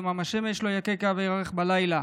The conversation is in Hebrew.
יומם השמש לא יככה וירח בלילה.